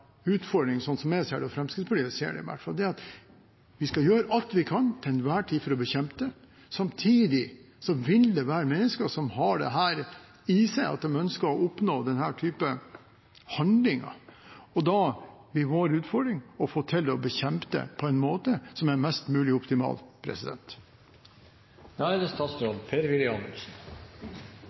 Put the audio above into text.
utfordring, i hvert fall sånn Fremskrittspartiet og jeg ser det. Vi skal gjøre alt vi kan til enhver tid for å bekjempe det, samtidig vil det være mennesker som har det i seg at de ønsker å oppnå denne typen handlinger. Da blir det vår utfordring å få til å bekjempe det på en måte som er mest mulig optimal.